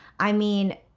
i mean,